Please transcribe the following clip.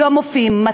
לא מופיעים כאן?